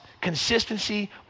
consistency